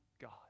God